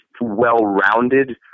well-rounded